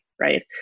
right